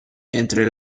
entre